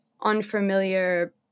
unfamiliar